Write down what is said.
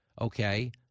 okay